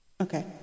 Okay